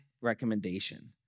recommendation